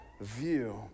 view